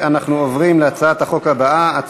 בעד, 28, מתנגדים, 2, אין נמנעים.